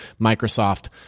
Microsoft